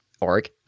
org